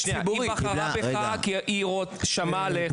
ציבורית בחינם ואתה רוצה לשלוח אותם לרפואה הפרטית שלך.